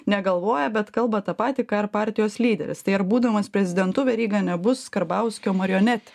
negalvoja bet kalba tą patį ką ir partijos lyderis tai ar būdamas prezidentu veryga nebus karbauskio marionetė